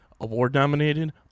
award-nominated